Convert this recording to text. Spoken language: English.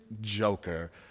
joker